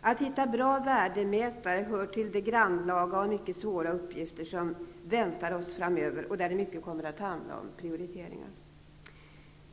Att hitta bra värdemätare hör till de grannlaga och mycket svåra uppgifter som väntar oss framöver, där det mycket kommer att handla om prioriteringar.